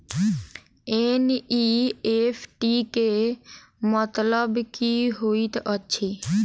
NEFT केँ मतलब की होइत अछि?